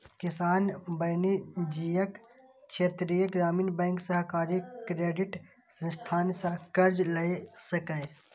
किसान वाणिज्यिक, क्षेत्रीय ग्रामीण बैंक, सहकारी क्रेडिट संस्थान सं कर्ज लए सकैए